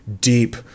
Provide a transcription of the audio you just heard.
deep